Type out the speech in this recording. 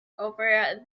over